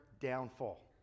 downfall